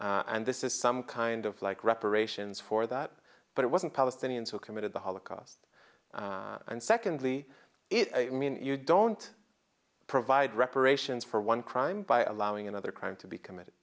europe and this is some kind of like reparations for that but it wasn't palestinians who committed the holocaust and secondly it mean you don't provide reparations for one crime by allowing another crime to be committed